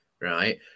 right